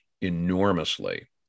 enormously